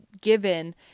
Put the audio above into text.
given